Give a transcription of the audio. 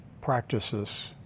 practices